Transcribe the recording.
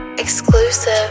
exclusive